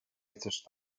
chcesz